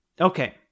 Okay